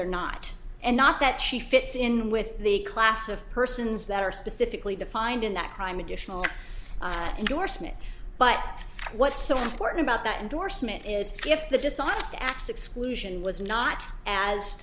they're not and not that she fits in with the class of persons that are specifically defined in that crime additional endorsement but what's so important about that endorsement is if the dishonest acts exclusion was not as